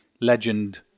legend